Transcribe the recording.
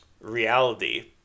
reality